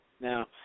now